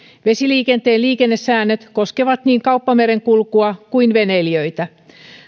vesiliikenteen liikennesäännöt koskevat niin kauppamerenkulkua kuin veneilijöitä